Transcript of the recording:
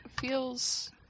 feels